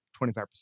25%